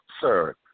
sir